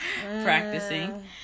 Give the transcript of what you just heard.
practicing